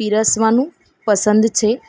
પીરસવાનું પસંદ છે